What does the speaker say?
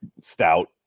stout